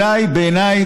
בעיניי,